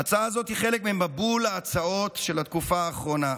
ההצעה הזאת היא חלק ממבול ההצעות של התקופה האחרונה.